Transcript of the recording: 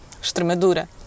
Extremadura